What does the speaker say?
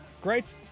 great